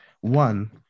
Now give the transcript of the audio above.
one